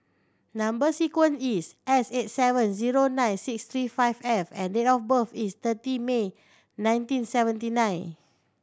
number sequence is S eight seven zero nine six three five F and date of birth is thirty May nineteen seventy nine